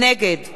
נגד